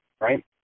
right